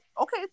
okay